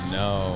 no